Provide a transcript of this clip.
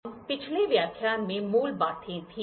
हम पिछले व्याख्यान में मूल बातें थी